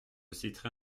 citerai